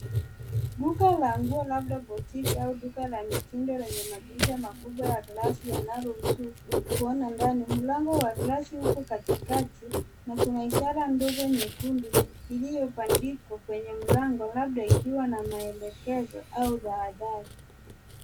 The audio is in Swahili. Duka la nguo labda boutique au duka la mitindo lenye madirisha makubwa ya glasi yanayoruhusu kuona ndani. Mlango wa glasi uko katikati na kuna ishara ndogo nyekundu iliyobandikwa kwenye mlango labda ikiwa na maelekezo au tahadhari.